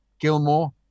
Gilmore